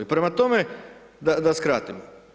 Prema tome, da skratim.